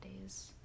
days